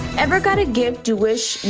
ever got to give to wish